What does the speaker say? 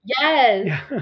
Yes